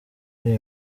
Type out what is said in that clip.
iri